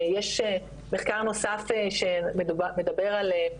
ויש מחקר נוסף שמדבר על,